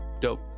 dope